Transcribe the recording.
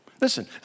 Listen